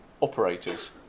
operators